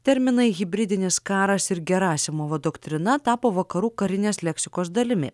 terminai hibridinis karas ir gerasimovo doktrina tapo vakarų karinės leksikos dalimi